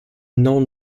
known